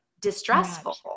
distressful